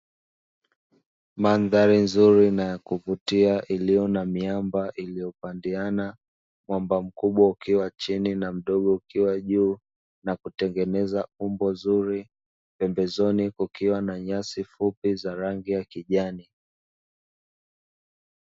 Mandhari nzuri na ya kuvutia iliyo na miamba iliyopandiana; mwamba mkubwa ukiwa chini na mdogo ukiwa juu na kutengeneza umbo zuri; pembezoni kukiwa na nyasi fupi za rangi ya kijani.